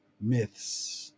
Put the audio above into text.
Myths